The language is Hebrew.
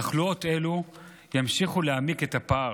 התחלואה תמשיך להעמיק את הפער.